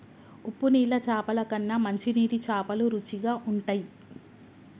ఉప్పు నీళ్ల చాపల కన్నా మంచి నీటి చాపలు రుచిగ ఉంటయ్